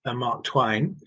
ah mark twain.